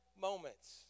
moments